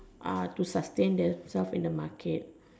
uh to sustain themselves in the market